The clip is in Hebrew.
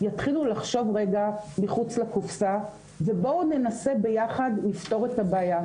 יתחילו לחשוב רגע מחוץ לקופסה ובואו ננסה ביחד לפתור את הבעיה.